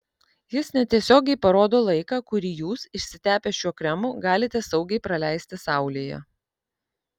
jis netiesiogiai parodo laiką kurį jūs išsitepę šiuo kremu galite saugiai praleisti saulėje